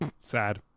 Sad